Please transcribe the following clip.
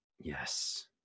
Yes